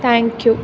thank you